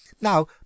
Now